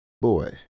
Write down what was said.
Boy